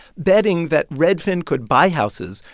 betting that redfin could buy houses,